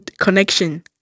connection